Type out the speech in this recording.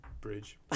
bridge